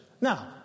Now